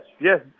yes